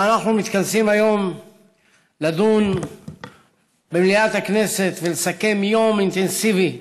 אנחנו מתכנסים היום לדון במליאת הכנסת ולסכם יום אינטנסיבי,